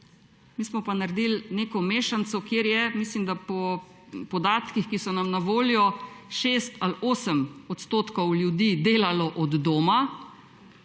mi smo pa naredili neko mešanico, kjer je, mislim da, po podatkih, ki so nam na voljo, 6 ali 8 % ljudi delalo od doma,